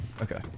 Okay